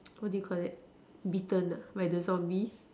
what do you Call that bitten ah by the zombie